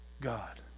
God